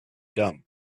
dumb